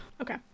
Okay